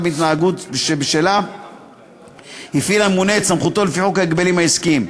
מההתנהגות שבשלה הפעיל הממונה את סמכותו לפי חוק ההגבלים העסקיים.